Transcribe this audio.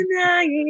tonight